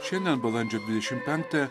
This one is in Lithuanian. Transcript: šiandien balandžio dvidešim penktąją